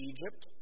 Egypt